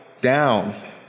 down